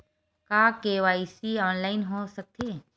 का KYC online हो सकथे?